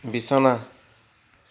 বিছনা